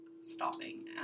stopping